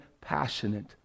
passionate